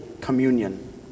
communion